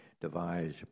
devise